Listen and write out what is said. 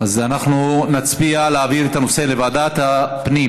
אנחנו נצביע על להעביר את הנושא לוועדת הפנים.